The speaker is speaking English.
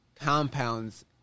compounds